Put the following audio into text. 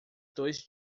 dois